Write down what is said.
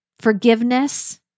Forgiveness